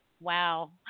wow